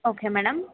okay madam